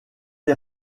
des